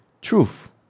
truth